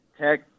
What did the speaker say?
Tech